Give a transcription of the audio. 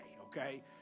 okay